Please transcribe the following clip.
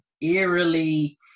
eerily